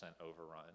overrun